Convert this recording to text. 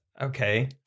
okay